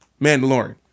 Mandalorian